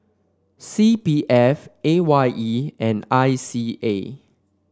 C P F A Y E and I C A